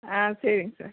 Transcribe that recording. ஆ சரிங்க சார்